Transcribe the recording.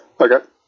Okay